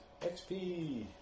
XP